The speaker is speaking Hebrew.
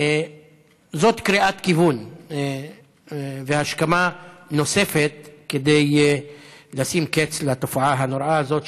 זאת קריאת כיוון והשכמה נוספת כדי לשים קץ לתופעה הנוראה הזאת,